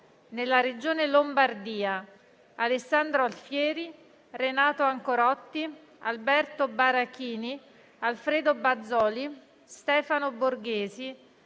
nella Regione Lombardia: Alessandro Alfieri, Renato Ancorotti, Alberto Barachini, Alfredo Bazoli, Stefano Borghesi,